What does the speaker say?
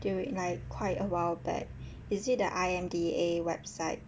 during like quite a while back is it the I_M_D_A website